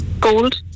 Gold